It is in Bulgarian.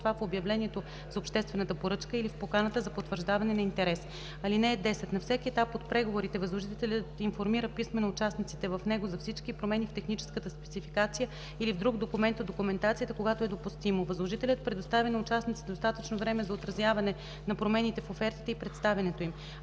това в обявлението за обществената поръчка или в поканата за потвърждаване на интерес. (10) На всеки етап от преговорите възложителят информира писмено участниците в него за всички промени в техническата спецификация или в друг документ от документацията, когато е допустимо. Възложителят предоставя на участниците достатъчно време за отразяване на промени в офертите и представянето им.